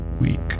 week